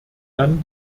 dann